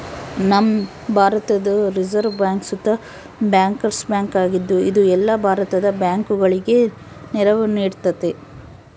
ನಮ್ಮ ಭಾರತುದ್ reserve bank ಸುತ ಬ್ಯಾಂಕರ್ಸ್ ಬ್ಯಾಂಕ್ ಆಗಿದ್ದು, ಇದು ಎಲ್ಲ ಭಾರತದ ಬ್ಯಾಂಕುಗುಳಗೆ ನೆರವು ನೀಡ್ತತೆ